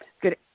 Good